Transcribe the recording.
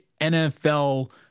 NFL